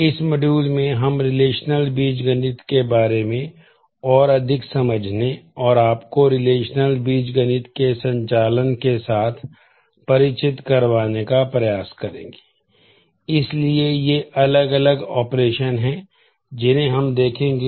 इस मॉड्यूल बीजगणित के संचालन के साथ परिचित करवाने का प्रयास करेंगे